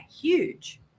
huge